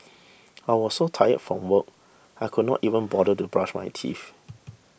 I was so tired from work I could not even bother to brush my teeth